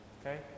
Okay